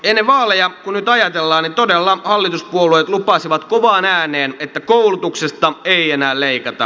ennen vaaleja kun nyt ajatellaan todella hallituspuolueet lupasivat kovaan ääneen että koulutuksesta ei enää leikata